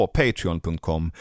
patreon.com